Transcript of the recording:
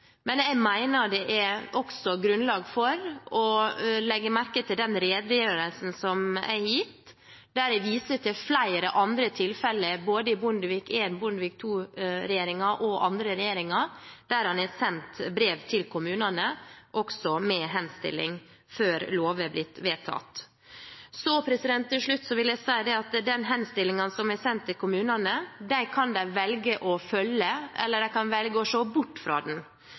men jeg mener det også er grunnlag for å legge merke til den redegjørelsen som er gitt, der jeg viser til flere andre tilfeller under både Bondevik I-regjeringen, Bondevik II-regjeringen og andre regjeringer der en har sendt brev til kommunene med henstilling, før lov er blitt vedtatt. Til slutt vil jeg si at den henstillingen som er sendt til kommunene, kan de velge å følge, eller de kan velge å se bort fra den.